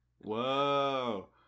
whoa